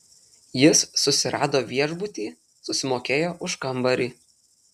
jis susirado viešbutį susimokėjo už kambarį